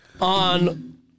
on